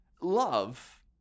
Love